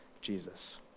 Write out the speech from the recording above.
Jesus